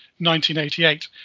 1988